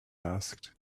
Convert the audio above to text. asked